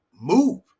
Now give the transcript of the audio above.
move